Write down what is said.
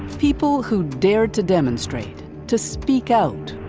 people who dared to demonstrate, to speak out,